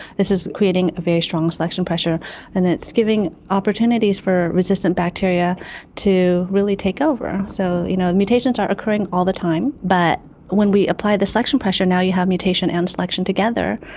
this is creating a very strong selection pressure and it's giving opportunities for resistant bacteria to really take over. so you know mutations are accruing all the time, but when we apply this selection pressure now you have mutation and selection together,